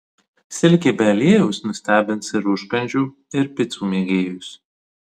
silkė be aliejaus nustebins ir užkandžių ir picų mėgėjus